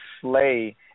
slay